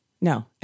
no